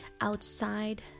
Outside